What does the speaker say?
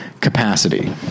capacity